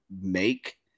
make